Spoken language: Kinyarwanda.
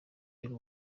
y’u